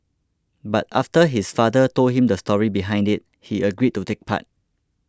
but after his father told him the story behind it he agreed to take part